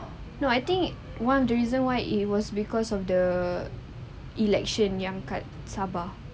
no I think one of the reason why it was because of the election yang kat sabah